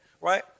right